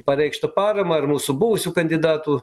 pareikštą paramą ar mūsų buvusių kandidatų